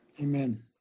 Amen